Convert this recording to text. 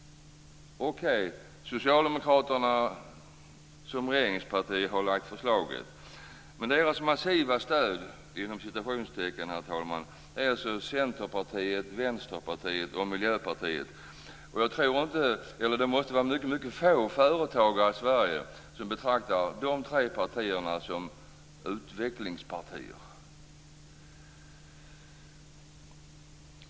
Socialdemokraterna som regeringsparti har lagt förslaget. Deras massiva stöd, inom citationstecken herr talman, är alltså Centerpartiet, Vänsterpartiet och Miljöpartiet. Det måste vara mycket få företagare i Sverige som betraktar de tre partierna som utvecklingspartier.